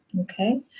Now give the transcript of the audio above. Okay